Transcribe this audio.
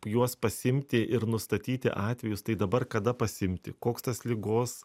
juos pasiimti ir nustatyti atvejus tai dabar kada pasiimti koks tas ligos